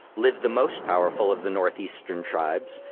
lived the most powerful of the north eastern tribes,